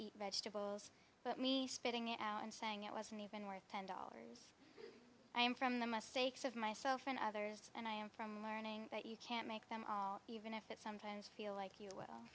eat vegetables but me spitting it out and saying it wasn't even worth ten dollars i am from the mistakes of myself and others and i am from learning that you can't make them even if it sometimes feel like you will